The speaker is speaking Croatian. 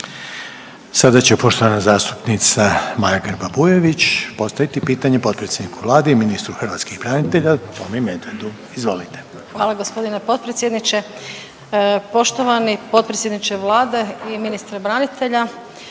Sada će poštovana zastupnica Maja Grba Bujević postaviti pitanje potpredsjedniku Vlade i ministru hrvatskih branitelja Tomi Medvedu. Izvolite. **Grba-Bujević, Maja (HDZ)** Hvala gospodine potpredsjedniče. Poštovani potpredsjedniče Vlade i ministre branitelja,